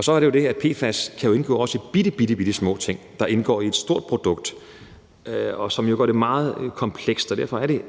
Så er der det her med, at PFAS også kan indgå i bittebittesmå ting, der indgår i et stort produkt, hvilket jo gør det meget komplekst, og derfor er det